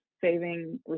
saving